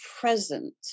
present